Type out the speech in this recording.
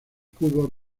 cubos